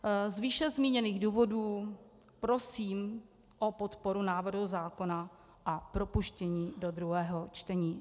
Z výše zmíněných důvodů prosím o podporu návrhu zákona a propuštění do druhého čtení.